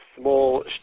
small